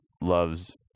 loves